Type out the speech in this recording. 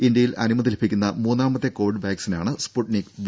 ഇന്ത്യയിൽ അനുമതി ലഭിക്കുന്ന മൂന്നാമത്തെ കോവിഡ് വാക്സിനാണ് സ്ഫുട്നിക് വി